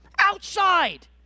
Outside